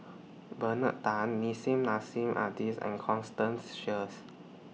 Bernard Tan Nissim Nassim Adis and Constance Sheares